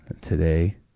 today